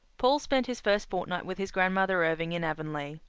paul spent his first fortnight with his grandmother irving in avonlea.